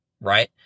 Right